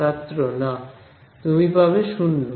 ছাত্র না তুমি পাবে 0